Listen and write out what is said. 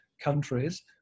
countries